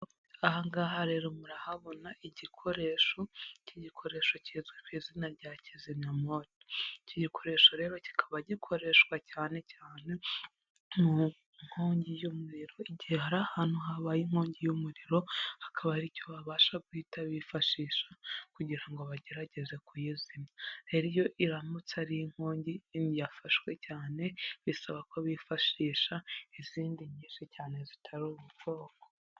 Aha ngaha rero murahabona igikoresho, iki gikoresho kizwi ku izina rya kizimyamwoto, iki gikoresho rero kikaba gikoreshwa cyane cyane mu nkongi y'umuriro, igihe hari ahantu habaye inkongi y'umuriro hakaba ari cyo babasha guhita bifashisha, kugira ngo bagerageze kuyizimya, rero iyo iramutse ari inkongi yafashwe cyane, bisaba ko bifashisha izindi nyinshi cyane zitari ubu bwoko.